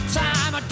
time